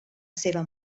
seva